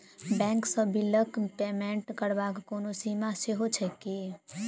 Bank सँ बिलक payment करबाक कोनो सीमा सेहो छैक की?